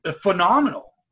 phenomenal